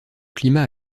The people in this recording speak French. climat